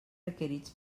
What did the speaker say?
requerits